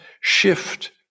shift